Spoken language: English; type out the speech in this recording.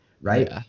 right